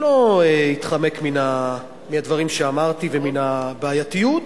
שלא התחמק מן הדברים שאמרתי ומן הבעייתיות,